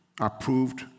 approved